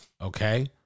okay